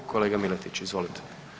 Kolega Miletić, izvolite.